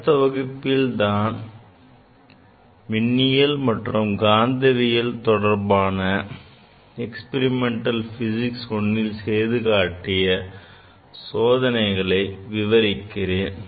அடுத்த வகுப்பில் நான் மின்னியல் மற்றும் காந்தவியல் தொடர்பாக experimental physics I செய்து காட்டிய சோதனைகளை விவரிக்கிறேன்